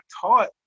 taught